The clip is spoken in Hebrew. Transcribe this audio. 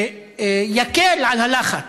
שיקל את הלחץ.